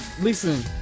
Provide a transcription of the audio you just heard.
listen